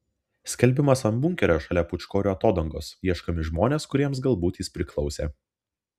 skelbimas ant bunkerio šalia pūčkorių atodangos ieškomi žmonės kuriems galbūt jis priklausė